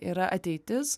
yra ateitis